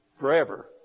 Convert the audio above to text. forever